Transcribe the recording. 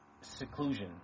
seclusion